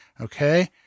Okay